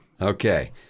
Okay